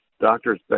doctors